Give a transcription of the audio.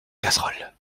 casseroles